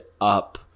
up